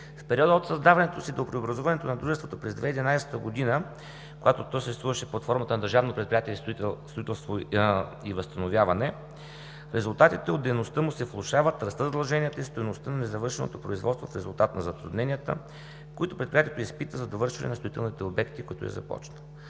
В периода от създаването си до преобразуването на Дружеството през 2011 г., когато то съществуваше под формата на Държавно предприятие „Строителство и възстановяване“, резултатите от дейността му се влошават, растат задълженията и стойността на незавършеното производство в резултат на затрудненията, които предприятието изпита за довършване на строителните обекти, които е започнало.